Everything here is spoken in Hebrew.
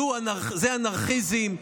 זה אנרכיזם.